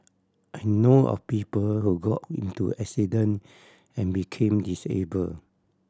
I know of people who got into accident and became disabled